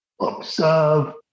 observe